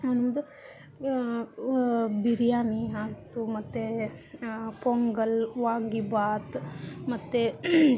ಒಂದು ಬಿರಿಯಾನಿ ಹಾಕಿತು ಮತ್ತು ಪೊಂಗಲ್ ವಾಂಗಿಬಾತು ಮತ್ತು